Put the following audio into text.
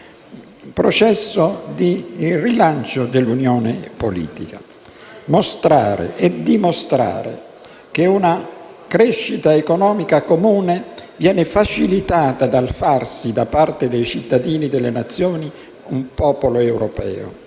progetto di rilancio dell'unità politica. Mostrare, e dimostrare, che una crescita economica comune viene facilitata dal farsi, da parte dei cittadini delle nazioni, un popolo europeo.